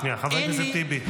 -- אין לי --- חבר הכנסת טיבי.